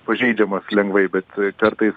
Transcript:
pažeidžiamas lengvai bet kartais